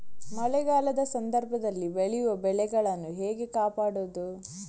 ಮಳೆಗಾಲದ ಸಂದರ್ಭದಲ್ಲಿ ಬೆಳೆಯುವ ಬೆಳೆಗಳನ್ನು ಹೇಗೆ ಕಾಪಾಡೋದು?